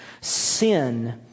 Sin